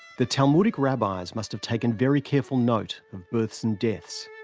the talmudic rabbis must have taken very careful note of births and deaths.